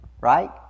right